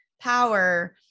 power